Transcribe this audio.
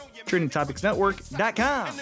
tradingtopicsnetwork.com